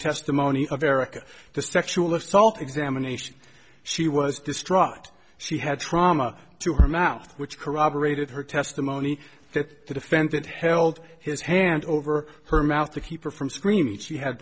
testimony of erica to sexual assault examination she was distraught she had trauma to her mouth which corroborated her testimony that the defendant held his hand over her mouth to keep her from scream each she had